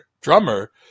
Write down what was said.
drummer